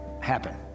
happen